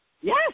Yes